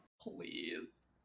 please